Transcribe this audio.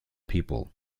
people